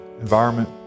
environment